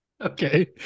Okay